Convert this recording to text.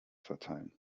verteilen